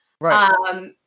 Right